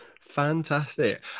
Fantastic